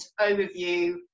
overview